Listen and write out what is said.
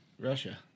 Russia